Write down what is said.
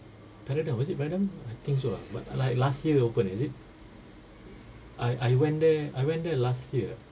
paradigm was it paradigm I think so lah but ah like last year open is it I I went there I went there last year ah